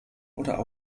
oder